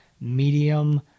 medium